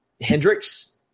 Hendricks